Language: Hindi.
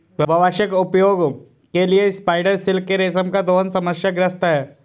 व्यावसायिक उपयोग के लिए स्पाइडर सिल्क के रेशम का दोहन समस्याग्रस्त है